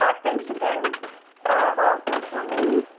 um thanks again all for joining.